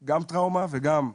גם טראומה וגם פציעה,